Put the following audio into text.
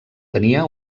tenia